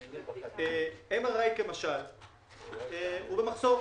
MRI, כמשל, הוא במחסור.